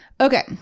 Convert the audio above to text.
okay